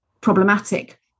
problematic